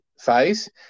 phase